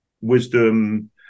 wisdom